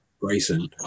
Grayson